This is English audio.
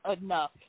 enough